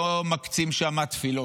לא מקצים שם תפילות,